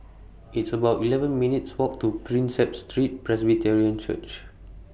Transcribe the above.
It's about eleven minutes' Walk to Prinsep Street Presbyterian Church